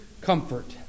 comfort